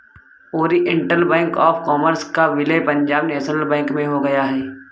Oriental bank of commerce का विलय Punjab national bank में हो गया है